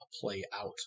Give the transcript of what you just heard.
play-out